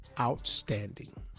outstanding